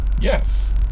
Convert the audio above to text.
Yes